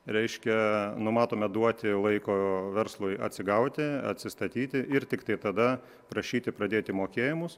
reiškia numatome duoti laiko verslui atsigauti atsistatyti ir tiktai tada prašyti pradėti mokėjimus